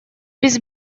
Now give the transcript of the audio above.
без